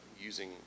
using